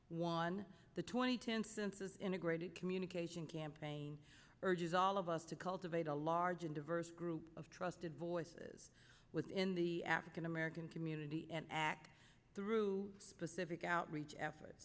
of the twenty ten census integrated communication campaign urges all of us to cultivate a large and diverse group of trusted voices within the african american community and act through specific outreach effort